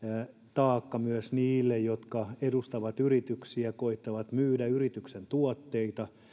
taakka myös niille jotka edustavat yrityksiä ja koettavat myydä yrityksen tuotteita